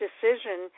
decision